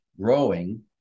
growing